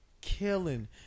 killing